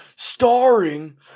Starring